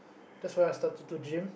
that's where I started to gym